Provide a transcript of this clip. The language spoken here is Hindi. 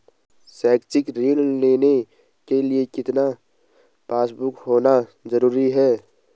शैक्षिक ऋण लेने के लिए कितना पासबुक होना जरूरी है?